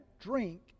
drink